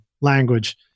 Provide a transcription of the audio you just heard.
language